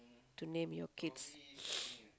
to name your kids